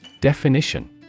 Definition